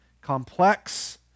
complex